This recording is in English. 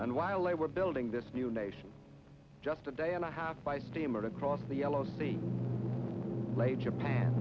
and while they were building this new nation just a day and a half by steamer across the yellow sea lay japan